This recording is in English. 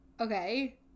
okay